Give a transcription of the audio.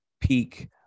peak